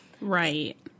right